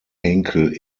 henkel